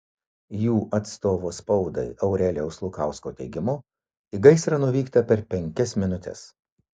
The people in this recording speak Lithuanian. jų atstovo spaudai aurelijaus lukausko teigimu į gaisrą nuvykta per penkias minutes